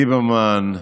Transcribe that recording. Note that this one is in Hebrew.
לליברמן,